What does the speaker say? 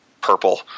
purple